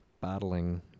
battling